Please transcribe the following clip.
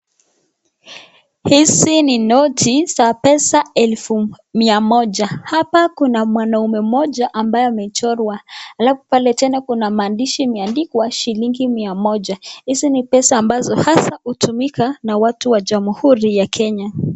Hizi ni noti za pesa mia moja. Hapa kuna mwanaume mmoja ambaye amechorwa. Alafu pale tena kuna maandishi imeandikwa shilingi mia moja. Hizi ni pesa ambazo hasa hutumika na watu wa jamhuri ya Kenya.